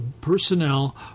personnel